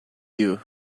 you